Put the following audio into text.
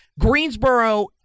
Greensboro